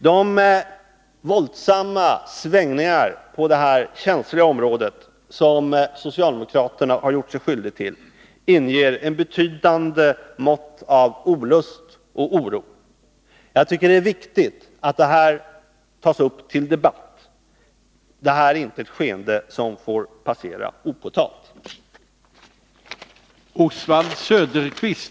De våldsamma svängningar på det här känsliga området som socialdemokraterna har gjort sig skyldiga till inger ett betydande mått av olust och oro. Det är viktigt att det här tas upp till debatt. Det är inte ett skeende som får passera opåtalat.